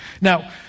Now